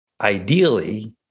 ideally